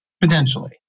potentially